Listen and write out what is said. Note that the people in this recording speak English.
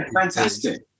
fantastic